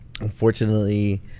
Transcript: Unfortunately